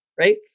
right